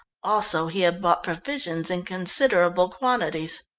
also he had bought provisions in considerable quantities.